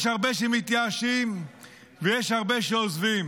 יש הרבה שמתייאשים ויש הרבה שעוזבים,